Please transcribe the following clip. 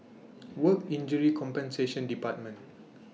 Work Injury Compensation department